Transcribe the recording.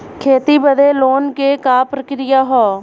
खेती बदे लोन के का प्रक्रिया ह?